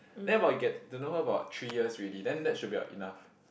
then about you get to know her about three years already then that should be about enough